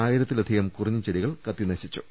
ആയിരത്തിലധികം കുറിഞ്ഞിച്ചെടികൾ കത്തിനശിച്ചു